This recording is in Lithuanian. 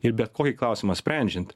ir bet kokį klausimą sprendžiant